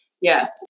Yes